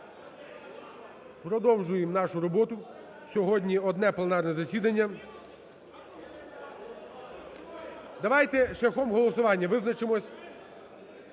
продовжуємо нашу роботу. Сьогодні одне пленарне засідання. Давайте шляхом голосування визначимося.